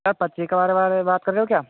sir पत्रिका वाले बात कर रहे हो क्या